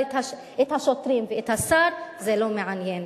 אבל את השוטרים ואת השר זה לא מעניין,